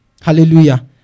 Hallelujah